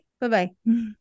Bye-bye